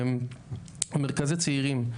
מרכזי צעירים,